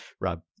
Rob